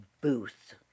booth